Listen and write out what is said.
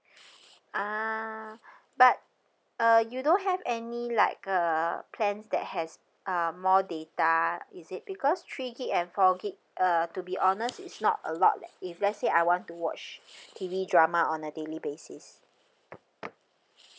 ah but uh you don't have any like uh plans that has uh more data is it because three gigabyte and four gigabyte uh to be honest it's not a lot leh if let's say I want to watch T_V drama on a daily basis